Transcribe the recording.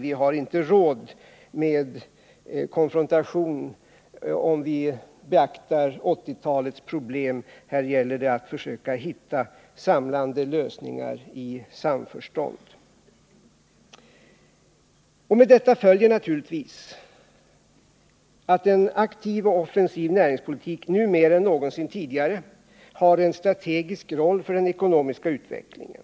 Vi har inte råd med konfrontation om vi beaktar 1980-talets problem. Här gäller det att försöka hitta samlande lösningar i samförstånd. Med detta följer naturligtvis att en aktiv och offensiv näringspolitik nu mer än någonsin tidigare har en strategisk roll för den ekonomiska utvecklingen.